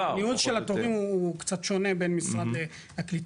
הניהול של התורים הוא קצת שונה בין משרד הקליטה,